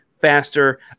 faster